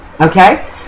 Okay